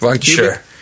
Sure